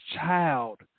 child